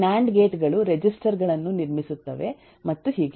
NAND gate ಗಳು register ಗಳನ್ನು ನಿರ್ಮಿಸುತ್ತವೆ ಮತ್ತು ಹೀಗೆ